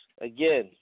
again